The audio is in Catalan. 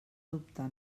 dubtar